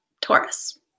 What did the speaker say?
Taurus